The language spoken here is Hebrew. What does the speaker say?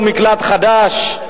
ומצא לו מקלט חדש.